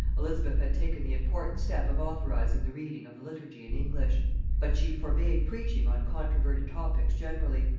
elizabeth had taken the important step of authorizing the reading of the liturgy in english but she forbade preaching on controverted topics generally,